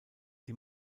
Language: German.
die